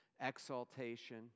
exaltation